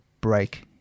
break